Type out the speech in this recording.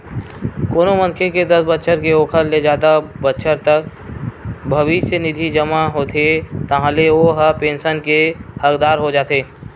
कोनो मनखे के दस बछर ते ओखर ले जादा बछर तक भविस्य निधि जमा होथे ताहाँले ओ ह पेंसन के हकदार हो जाथे